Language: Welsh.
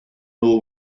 nhw